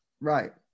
Right